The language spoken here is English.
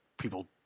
people